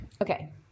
okay